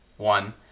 One